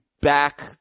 back